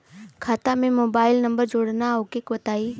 खाता में mobile number जोड़ना ओके बताई?